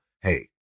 Hey